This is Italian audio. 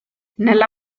nella